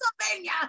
pennsylvania